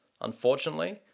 unfortunately